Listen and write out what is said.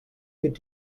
could